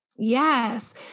Yes